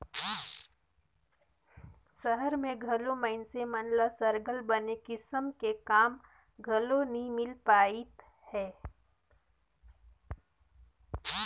सहर में घलो मइनसे मन ल सरलग बने किसम के काम घलो नी मिल पाएत हे